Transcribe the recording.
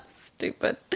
Stupid